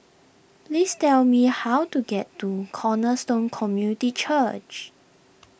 please tell me how to get to Cornerstone Community Church